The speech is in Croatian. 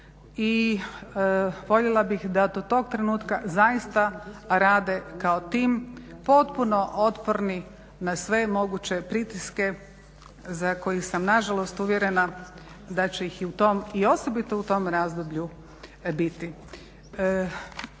i voljela bih da do tog trenutka zaista rade kao tim potpuno otporni na sve moguće pritiske za koje sam nažalost uvjerena da će ih i u tom i osobito u tom razdoblju biti.